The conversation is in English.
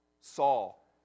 Saul